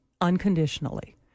unconditionally